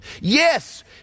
Yes